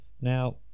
Now